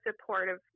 supportive